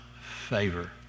favor